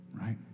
Right